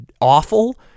awful